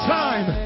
time